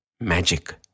magic